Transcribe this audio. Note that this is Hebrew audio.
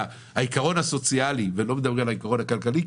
העיקרון הסוציאלי ולא מדברים על העיקרון הכלכלי,